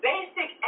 Basic